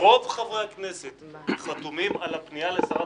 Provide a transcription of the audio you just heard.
רוב חברי הכנסת חתומים על הפנייה לשרת